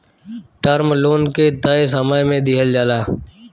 term loan के तय समय में दिहल जाला